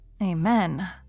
Amen